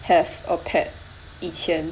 have a pet 以前